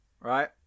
Right